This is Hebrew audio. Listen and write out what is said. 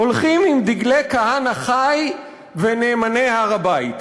הולכים עם דגלי "כהנא חי" ו"נאמני הר-הבית",